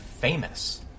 famous